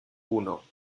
uno